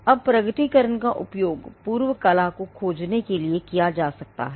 अब प्रकटीकरण का उपयोग पूर्व कला को खोजने के लिए किया जा सकता है